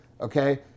okay